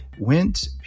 went